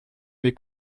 mes